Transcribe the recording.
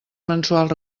mensuals